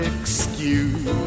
excuse